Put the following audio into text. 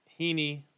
Heaney